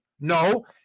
No